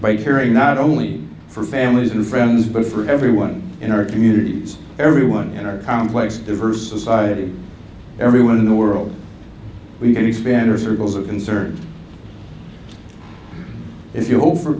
by caring not only for families and friends but for everyone in our communities everyone in our complex diverse society everyone in the world we can expand or circles of concern if you hope for